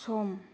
सम